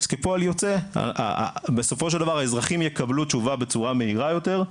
אז כפועל יוצא בסופו של דבר האזרחים יקבלו תשובה בצורה מהירה יותר,